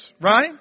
right